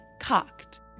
cocked